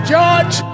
George